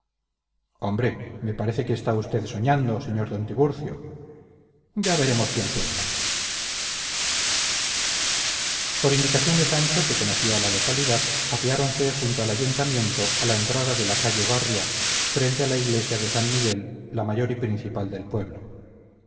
hombre me parece que está usted soñando sr d tiburcio ya veremos quién sueña por indicación de sancho que conocía la localidad apeáronse junto al ayuntamiento a la entrada de la calle barria frente a la iglesia de san miguel la mayor y principal del pueblo